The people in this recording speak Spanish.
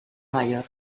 mayor